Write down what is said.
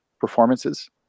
performances